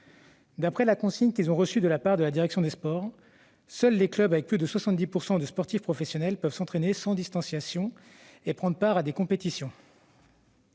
D'après les consignes qu'ils ont reçues de la part de la direction des sports, seuls les clubs comptant plus de 70 % de sportifs professionnels peuvent s'entraîner sans distanciation et prendre part à des compétitions.